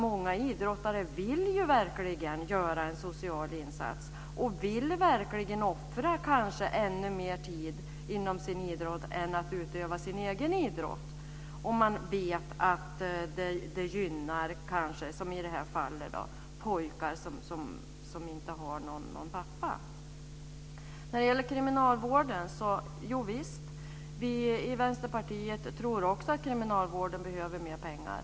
Många idrottare vill verkligen göra en social insats och offra kanske ännu mer tid inom sin idrott utöver att utöva sin egen idrott om de vet att det gynnar, som i det fall jag nämnde, pojkar som inte har någon pappa. Jovisst, vi i Vänsterpartiet tror också att kriminalvården behöver mer pengar.